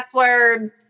passwords